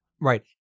right